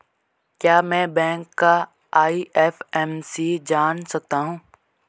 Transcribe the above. क्या मैं बैंक का आई.एफ.एम.सी जान सकता हूँ?